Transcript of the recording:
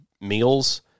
meals